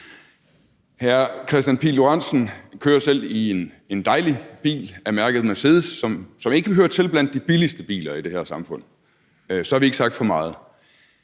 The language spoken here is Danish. Hr. Kristian Pihl Lorentzen kører selv i en dejlig bil af mærket Mercedes, som ikke hører til blandt de billigste biler i det her samfund; så har vi ikke sagt for meget.